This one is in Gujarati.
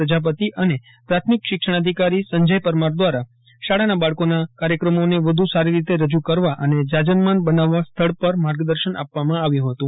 પ્રજાપતિ અને પ્રાથમિક શિક્ષણાધિકારી સંજય પરમાર દ્વારા શાળાના બાળકોનાં કાર્યક્રમોને વધુ સારી રીતે રજૂ કરવા અને જાજરમાન બનાવવા સ્થીળ પર માર્ગદર્શન આપ્યુંંં હતું